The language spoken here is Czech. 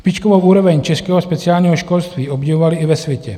Špičkovou úroveň českého speciálního školství obdivovali i ve světě.